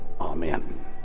Amen